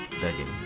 begging